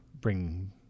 bring